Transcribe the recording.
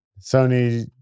Sony